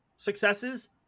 successes